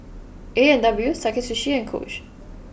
A and W Sakae Sushi and Coach